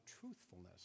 truthfulness